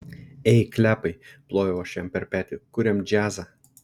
ei klepai plojau aš jam per petį kuriam džiazą